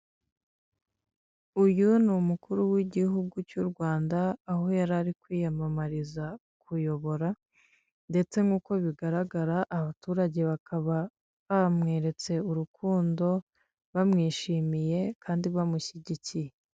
Uyu ni umukuru w'igihugu cy'u Rwanda aho yarari kwiyamamariza kuyobora ndetse nk'uko bigaragara abaturage bakaba bamweretse urukundo, bamwishimiye kandi bamushyigikiye.